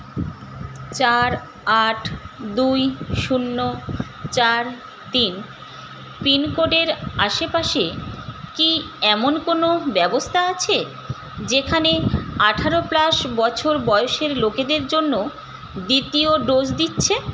চার আট দুই শূন্য চার তিন পিনকোডের আশেপাশে কি এমন কোনও ব্যবস্থা আছে যেখানে আঠারো প্লাস বছর বয়সের লোকেদের জন্য দ্বিতীয় ডোজ দিচ্ছে